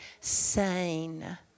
sane